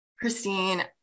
Christine